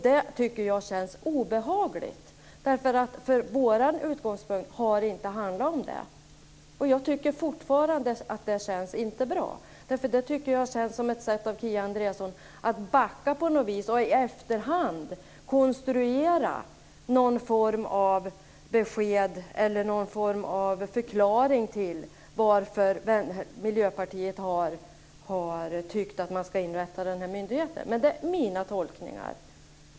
Det tycker jag känns obehagligt, för vår utgångspunkt har inte handlat om det. Jag tycker fortfarande att det inte känns bra. Jag tycker att det har känts som ett sätt från Kia Andreasson att på något vis backa och i efterhand konstruera en form av besked eller förklaring till att Miljöpartiet har tyckt att man ska inrätta den här myndigheten. Men det är mina tolkningar.